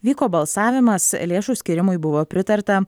vyko balsavimas lėšų skyrimui buvo pritarta